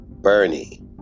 Bernie